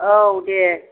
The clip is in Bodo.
औ दे